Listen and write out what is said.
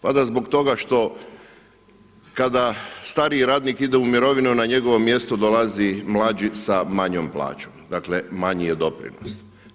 Pada zbog toga što kada stariji radnik ide u mirovinu, na njegovo mjesto dolazi mlađi sa manjom plaćom, dakle manji je doprinos.